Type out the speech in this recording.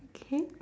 okay